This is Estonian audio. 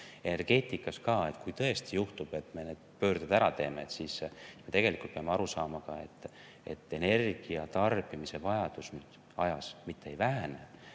Energeetikas on ka nii – kui tõesti juhtub, et me need pöörded ära teeme, siis me peame aru saama ka sellest, et energia tarbimise vajadus ajas mitte ei vähene,